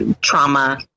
trauma